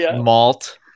Malt